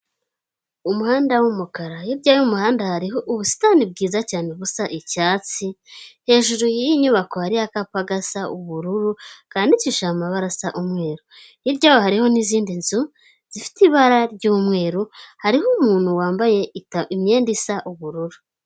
Umuhanda w'umukara hirya y'umuhanda hariho ubusitani bwiza cyane busa icyatsi hejuru yiyi nyubako hari akapa gasa ubururu kandikishije amabara asa umweru hirya hariho n'izindi nzu zifite ibara ry'umweru hariho umuntu wambaye imyenda isa ubururu.